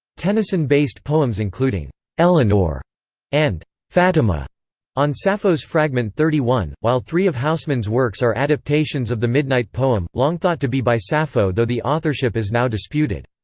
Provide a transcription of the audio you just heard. tennyson based poems including eleanore and fatima on sappho's fragment thirty one, while three of housman's works are adaptations of the midnight poem, long thought to be by sappho though the authorship is now disputed.